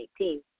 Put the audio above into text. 2018